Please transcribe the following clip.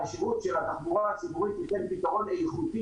והשירות של התחבורה הציבורית ייתן פתרון איכותי